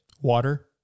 Water